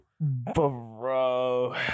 Bro